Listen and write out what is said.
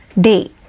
Day